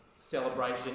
celebration